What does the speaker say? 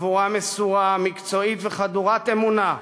חבורה מסורה, מקצועית וחדורת אמונה,